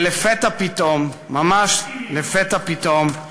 ולפתע פתאום, ממש לפתע פתאום,